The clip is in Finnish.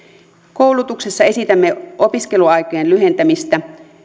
koulutuksessa esitämme opiskeluaikojen lyhentämistä